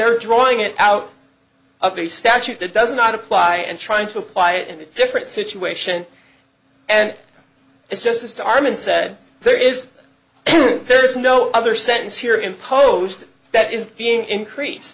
they're drawing it out of the statute that does not apply and trying to apply it in a different situation and it's just a starman said there is there is no other sense here imposed that is being increased